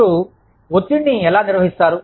మీరు ఒత్తిడిని ఎలా నిర్వహిస్తారు